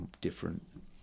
different